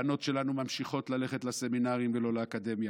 הבנות שלנו ממשיכות ללכת לסמינרים ולא לאקדמיה.